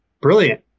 brilliant